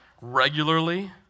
regularly